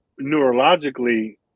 neurologically